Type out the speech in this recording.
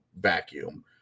vacuum